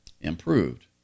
improved